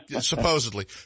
Supposedly